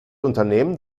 unternehmen